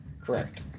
Correct